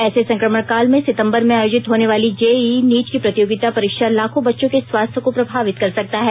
ऐसे संक्रमण काल में सितंबर में आयोजित होने वाले जेईई नीट की पतियोगिता परीक्षा लाखों बच्चों के स्वास्थ्य को प्रभावित कर सकता है